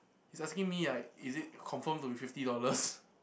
he's asking me like is it confirmed to be fifty dollars